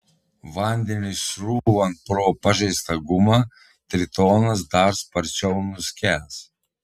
vandeniui srūvant pro pažeistą gumą tritonas dar sparčiau nuskęs